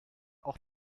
auch